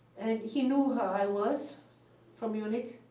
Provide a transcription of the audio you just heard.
and he knew who i was from munich.